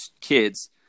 kids